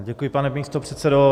Děkuji, pane místopředsedo.